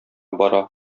бара